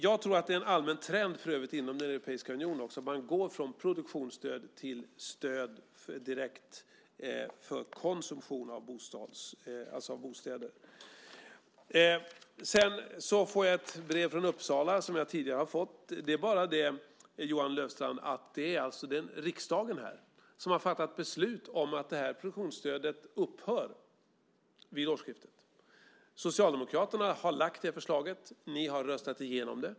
Jag tror att det är en allmän trend för övrigt inom den europeiska unionen att man går från produktionsstöd till stöd direkt för konsumtion av bostäder. Jag har tidigare fått ett brev från Uppsala. Det är bara det, Johan Löfstrand, att riksdagen har fattat beslut om att det här produktionsstödet upphör vid årsskiftet. Socialdemokraterna har lagt fram det förslaget, och ni har röstat igenom det.